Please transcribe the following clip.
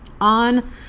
on